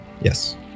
yes